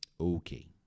Okay